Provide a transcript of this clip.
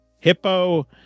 Hippo